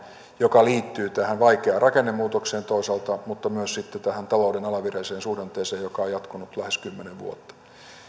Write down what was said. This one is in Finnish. joka liittyy toisaalta tähän vaikeaan rakennemuutokseen mutta myös sitten tähän talouden alavireiseen suhdanteeseen joka on jatkunut lähes kymmenen vuotta